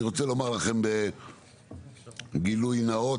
אני רוצה לומר לכם בגילוי נאות,